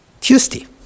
Tuesday